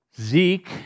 Zeke